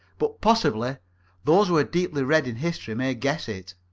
but possibly those who are deeply read in history may guess it.